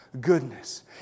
goodness